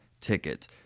tickets